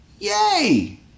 Yay